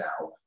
now